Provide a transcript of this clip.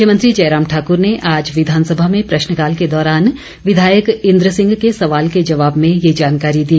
मुख्यमंत्री जयराम ठाकूर ने आज विधानसभा में प्रश्नकाल के दौरान विधायक इंद्र सिंह के सवाल के जवाब में ये जानकारी दी